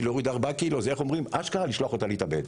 להוריד ארבעה ק"ג זה אשכרה לשלוח אותה להתאבד.